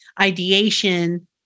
ideation